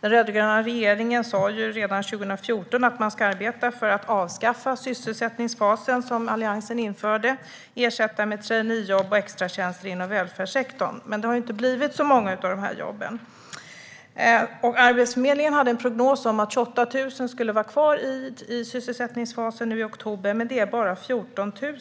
Den rödgröna regeringen sa redan 2014 att man ska arbeta för att avskaffa sysselsättningsfasen som Alliansen införde och ersätta den med traineejobb och extratjänster inom välfärdssektorn. Men det har inte blivit så många sådana jobb. Arbetsförmedlingen hade en prognos om att 28 000 skulle vara kvar i sysselsättningsfasen i oktober, men det är bara 14 000.